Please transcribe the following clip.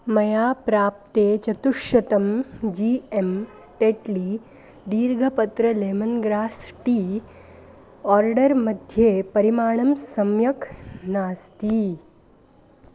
मया प्राप्ते चतुश्शतं जी एं पेट्ली दीर्घपत्र लेमन् ग्रास् टी आर्डर् मध्ये परिमाणं सम्यक् नास्ति